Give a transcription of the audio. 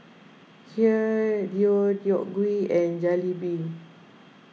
Kheer Deodeok Gui and Jalebi